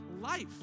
life